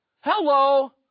Hello